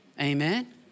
Amen